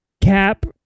Cap